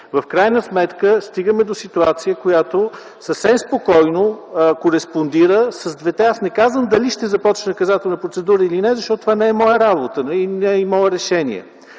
в крайна сметка стигаме до ситуация, в която съвсем спокойно кореспондира с двете. Аз не казвам дали ще започне наказателна процедура или не, защото това не е моя работа, не е и мое решение.